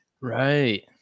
Right